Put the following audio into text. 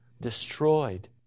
destroyed